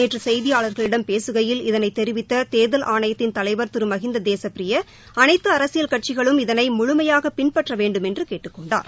நேற்று செய்தியாளர்களிடம் பேசுகையில் இதனை தெரிவித்த தேர்தல் ஆணையத்தின் தலைவர் திரு மகிந்தா தேசபிரிய அளைத்து அரசியல் கட்சிகளும் இதளை முழுமையாக பின்பற்ற வேண்டும் என்று கேட்டுக் கொண்டார்